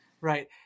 Right